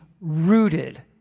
rooted